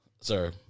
sir